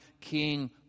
king